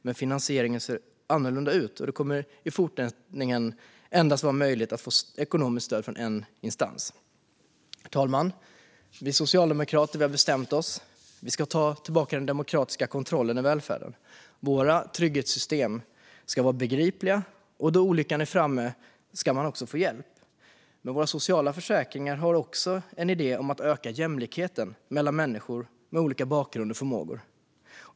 Men finansieringen ser annorlunda ut, och det kommer i fortsättningen endast att vara möjligt att få ekonomiskt stöd från en instans. Herr talman! Vi socialdemokrater har bestämt oss. Vi ska ta tillbaka den demokratiska kontrollen i välfärden. Våra trygghetssystem ska vara begripliga, och då olyckan är framme ska man få hjälp. Men i våra sociala försäkringar finns också en idé om att öka jämlikheten mellan människor med olika bakgrund och förmågor.